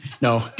No